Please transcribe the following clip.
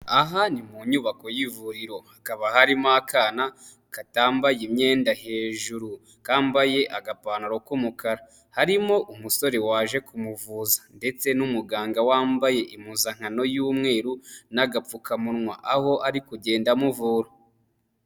Aha ni mu nyubako y'ivuriro hakaba harimo akana katambaye imyenda hejuru, kambaye agapantaro k'umukara. Harimo umusore waje kumuvuza ndetse n'umuganga wambaye impuzankano y'umweru n'agapfukamunwa, aho ari kugenda amuvura.